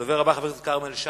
הדובר הבא, חבר הכנסת כרמל שאמה,